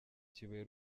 kibuye